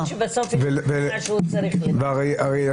ויכול להיות שבסוף הוא ישתכנע שהוא צריך לדבר.